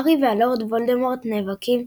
הארי והלורד וולדמורט נאבקים,